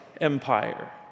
empire